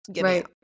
Right